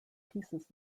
pieces